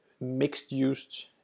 mixed-used